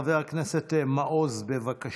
חבר הכנסת מעוז, בבקשה.